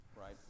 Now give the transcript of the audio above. Right